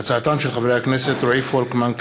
בהצעתם של חברי הכנסת רועי פולקמן,